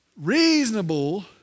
reasonable